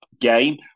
game